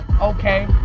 okay